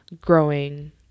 growing